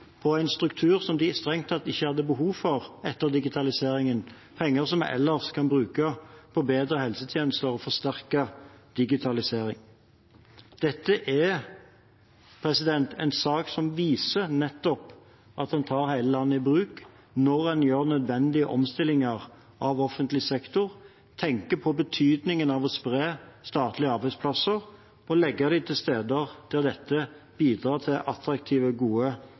på en struktur de strengt tatt ikke har behov for etter digitaliseringen, penger som vi ellers kunne brukt på bedre helsetjenester og forsterket digitalisering. Dette er en sak som nettopp viser at man tar hele landet i bruk når man gjør nødvendige omstillinger av offentlig sektor og tenker på betydningen av å spre statlige arbeidsplasser og legge dem til steder der de bidrar til attraktive, gode